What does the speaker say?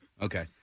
Okay